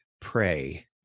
pray